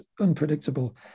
unpredictable